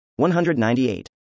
198